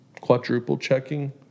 quadruple-checking